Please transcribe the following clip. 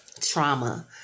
trauma